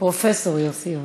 פרופסור יוסי יונה,